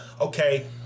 okay